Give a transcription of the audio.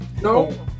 no